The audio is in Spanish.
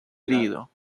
herido